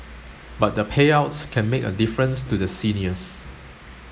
but the payouts can make a difference to the seniors